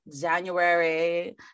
January